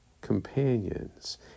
companions